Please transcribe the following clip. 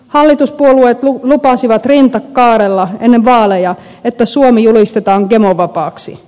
hallituspuolueet lupasivat rinta kaarella ennen vaaleja että suomi julistetaan gemovapaaksi